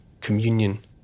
communion